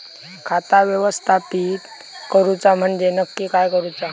खाता व्यवस्थापित करूचा म्हणजे नक्की काय करूचा?